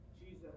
Jesus